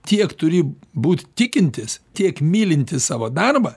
tiek turi būt tikintis tiek mylintis savo darbą